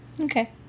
okay